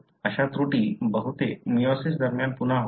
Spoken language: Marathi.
अशा त्रुटी बहुतेक मेयोसिस दरम्यान पुन्हा होतात